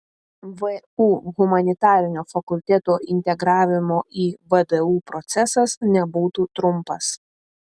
vu humanitarinio fakulteto integravimo į vdu procesas nebūtų trumpas